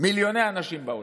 מיליוני אנשים בעולם,